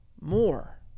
more